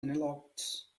analogues